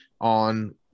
on